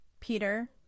peter